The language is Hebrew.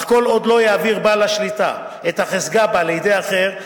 אך כל עוד לא יעביר בעל השליטה את החזקה בה לידי אחר,